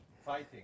fighting